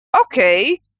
okay